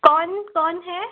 कौन कौन है